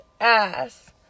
ass